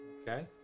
Okay